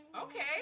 okay